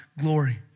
glory